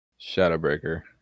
Shadowbreaker